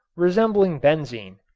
resembling benzene.